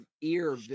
ear